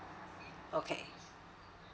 okay